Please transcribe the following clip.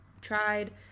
tried